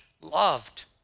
loved